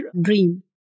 dream